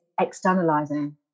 externalizing